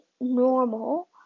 normal